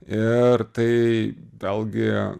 ir tai vėlgi